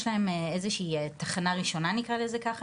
להם איזו שהיא תחנה ראשונה נקרא לזה ככה,